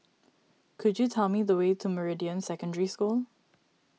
could you tell me the way to Meridian Secondary School